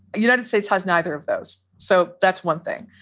united states has neither of those. so that's one thing.